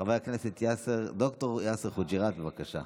חבר הכנסת ד"ר יאסר חוג'יראת, בבקשה.